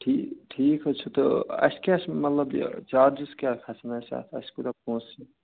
ٹھیٖک ٹھیٖک حظ چھِ تہٕ اَسہِ کیٛاہ چھِ مطلب یہِ چارٕجِس کیٛاہ کھَسَن اَسہِ اَتھ اَسہِ کوٗتاہ پونٛسہٕ چھِ